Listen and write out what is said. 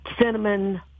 cinnamon